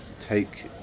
take